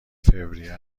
فوریه